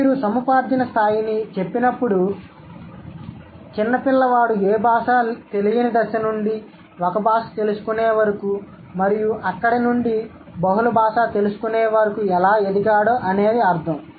మీరు సముపార్జన స్థాయిని చెప్పినప్పుడు చిన్న పిల్లవాడు ఏ బాషా తెలియని దశ నుండి ఒక బాష తెలుసుకునేవారుకూ మరియు అక్కడనుండి బహుళ బాష తెలుసుకునేవరకు ఎలా ఎదిగాడో అనేది అర్ధం